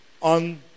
on